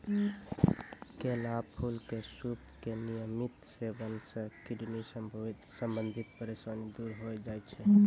केला फूल के सूप के नियमित सेवन सॅ किडनी संबंधित परेशानी दूर होय जाय छै